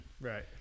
Right